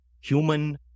human